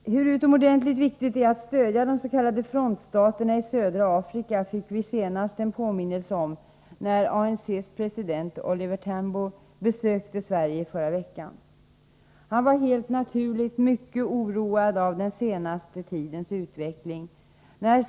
Hur utomordentligt viktigt det är att stödja de s.k. frontstaterna i södra Afrika fick vi senast en påminnelse om när ANC:s president Oliver Tambo besökte Sverige i förra veckan. Han var helt naturligt mycket oroad av den senaste tidens utveckling.